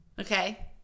Okay